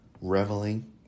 reveling